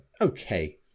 okay